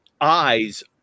eyes